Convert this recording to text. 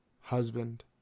husband